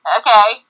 okay